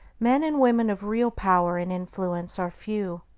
men and women of real power and influence are few,